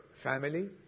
family